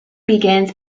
begins